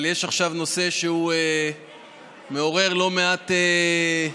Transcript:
אבל יש עכשיו נושא שמעורר לא מעט אמוציות,